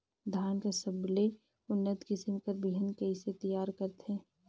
धान कर सबले उन्नत किसम कर बिहान कइसे तियार करथे?